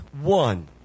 one